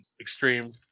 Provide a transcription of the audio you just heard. Extreme